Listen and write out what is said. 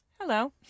hello